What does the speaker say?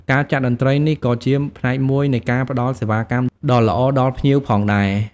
ការចាក់តន្រ្តីនេះក៏ជាផ្នែកមួយនៃការផ្តល់សេវាកម្មដ៏ល្អដល់ភ្ញៀវផងដែរ។